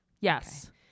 Yes